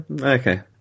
Okay